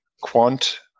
quant